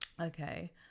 Okay